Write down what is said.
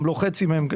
גם לא חצי מהם,